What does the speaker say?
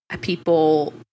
people